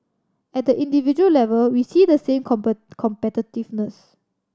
at the individual level we see the same competitiveness